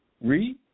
Read